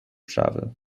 travel